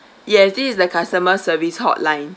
yes this is the customer service hotline